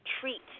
treat